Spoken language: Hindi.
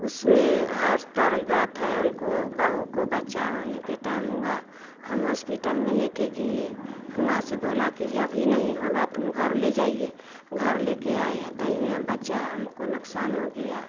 उसमें आठ तारीख बाद है बहू को बच्चा होने के टाइम हुआ हम होस्पिटल में लेकर गए वहाँ से बोला कि अभी नहीं होगा तुम घर ले जाओ घर लेकर आए तो यहाँ बच्चा हमारा नुकसान हो गया